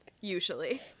Usually